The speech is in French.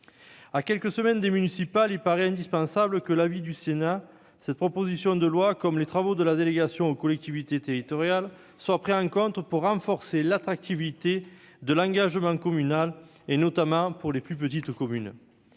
À quelques mois des municipales, il paraît indispensable que l'avis du Sénat, au travers tant de cette proposition de loi que des travaux de la délégation aux collectivités territoriales, soit pris en compte pour renforcer l'attractivité de l'engagement communal, notamment pour les plus petites communes.